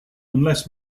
unless